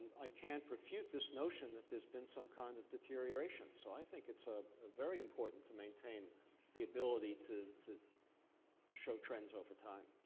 i can't refute this notion that there's been some kind of deterioration. so i think it's ah ah very important to maintain the ability to to show trends over time.